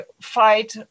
fight